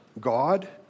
God